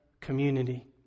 community